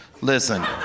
Listen